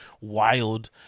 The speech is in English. wild